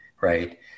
right